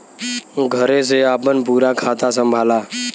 घरे से आपन पूरा खाता संभाला